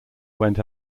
went